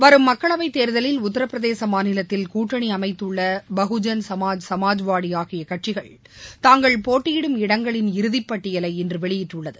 வரும் மக்களவை தேர்தலில் உத்தரபிரதேச மாநிலத்தில் கூட்டணி அமைத்துள்ள பகுஜன் சமாஜ் சமாஜ்வாதி ஆகிய கட்சிகள் தாங்கள் போட்டியிடும இடங்களின் இறுதிபட்டியலை இன்று வெளியிட்டுள்ளது